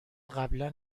قبلا